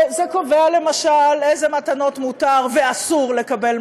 זה קובע, למשל, איזה מתנות מותר ואסור לקבל,